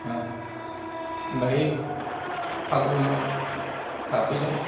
बेहाय फाग्रुमाव थाफैदों